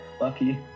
lucky